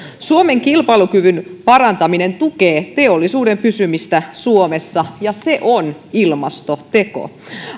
suomen kilpailukyvyn parantaminen tukee teollisuuden pysymistä suomessa ja se on ilmastoteko